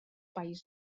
país